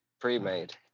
pre-made